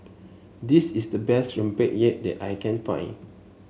this is the best Rempeyek that I can find